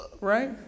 right